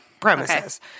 premises